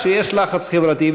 פשוטה: כשיש לחץ חברתי,